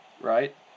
right